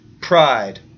Pride